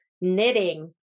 knitting